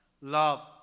Love